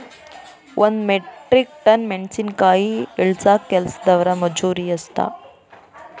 ಒಂದ್ metric ton ಮೆಣಸಿನಕಾಯಿ ಇಳಸಾಕ್ ಕೆಲಸ್ದವರ ಮಜೂರಿ ಎಷ್ಟ?